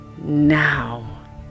now